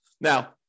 Now